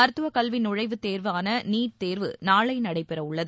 மருத்துவக் கல்வி நுழைவுத் தேர்வான நீட் தேர்வு நாளை நடைபெறவுள்ளது